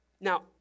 Now